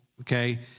okay